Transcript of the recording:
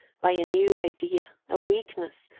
by a new idea, a weakness,